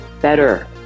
better